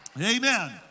Amen